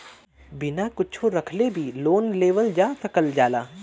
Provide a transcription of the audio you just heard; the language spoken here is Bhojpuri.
बिना कुच्छो रखले भी लोन लेवल जा सकल जाला